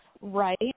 Right